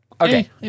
okay